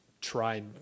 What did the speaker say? try